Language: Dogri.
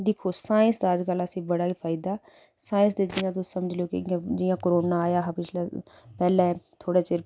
दिक्खो साईंस दा अज्जकल असेंई बड़ा गै फायदा साईंस ते जियां तुस समझी लैओ कि जियां करोना आया हा पिछलै पैह्ले थोह्ड़े चिर